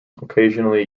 occasionally